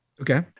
Okay